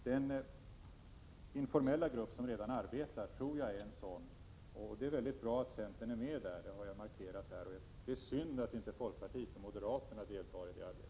Den informella grupp som redan arbetar tror jag är en sådan. Det är mycket bra att centern är med där, det har jag markerat. Det är synd att inte folkpartiet och moderaterna deltar i det arbetet.